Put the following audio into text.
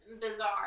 Bizarre